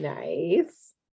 Nice